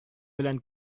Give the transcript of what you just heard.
белән